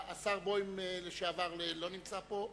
השר לשעבר בוים נמצא פה?